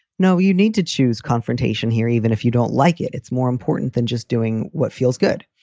no, you need to choose confrontation here. even if you don't like it. it's more important than just doing what feels good.